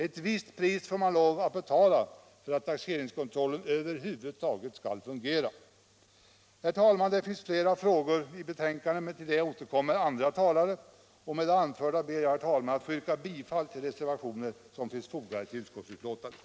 Ett visst pris får man också löv att betala för att taxeringskontrollen över huvud taget skall fungera. Herr talman! Det finns flera frågor att ta upp med anledning av detta betänkande, men till dem återkommer andra talare. Med det anförda ber jag, herr talman, att få yrka bifall till de reservationer som finns fogade till utskottsbetänkandet.